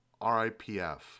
RIPF